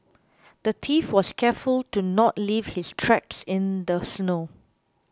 the thief was careful to not leave his tracks in the snow